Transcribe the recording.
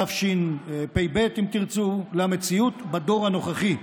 תשפ"ב, אם תרצו, למציאות בדור הנוכחי,